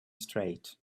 straight